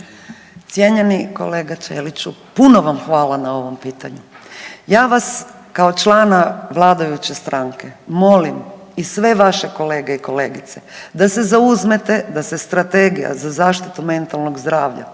Cijenjeni kolega Ćeliću, puno vam hvala na ovom pitanju. Ja vas kao člana vladajuće stranke molim i sve vaše kolege i kolegice da se zauzmete, da se strategija za zaštitu mentalnog zdravlja